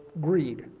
greed